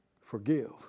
forgive